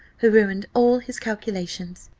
who ruined all his calculations.